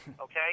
okay